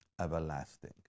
everlasting